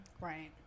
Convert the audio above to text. Right